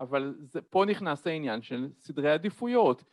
‫אבל פה נכנס עניין של סדרי עדיפויות.